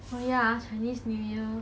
oh ya chinese new year